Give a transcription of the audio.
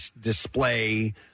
display